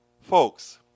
Folks